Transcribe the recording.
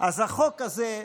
אז החוק הזה,